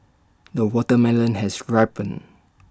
the watermelon has ripened